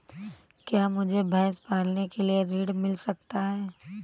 क्या मुझे भैंस पालने के लिए ऋण मिल सकता है?